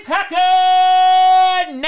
Packard